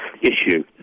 issue